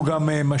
הוא גם משחית,